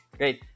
great